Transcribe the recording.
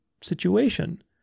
situation